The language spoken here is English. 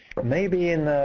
maybe in